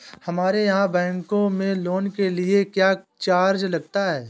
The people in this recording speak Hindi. हमारे यहाँ बैंकों में लोन के लिए क्या चार्ज लगता है?